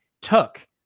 took